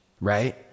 Right